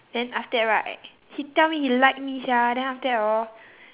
then after that right he tell me he like me sia then after that hor